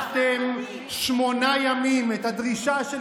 נאחזתם בקרנות המזבח ומשכתם שמונה ימים את הדרישה של